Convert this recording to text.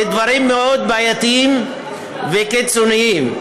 לדברים בעייתיים וקיצוניים.